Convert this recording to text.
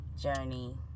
journey